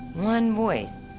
one voice,